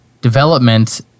development